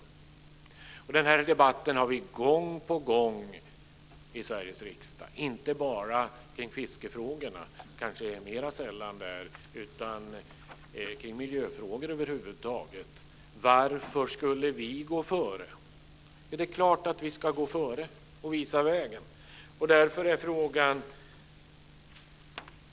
Vi för denna debatt gång på gång i Sveriges riksdag i miljöfrågor över huvud taget, kanske mera sällan när det gäller fiskefrågor: Varför skulle vi gå före? Det är klart att vi ska gå före och visa vägen!